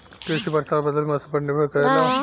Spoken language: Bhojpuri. कृषि वर्षा और बदलत मौसम पर निर्भर करेला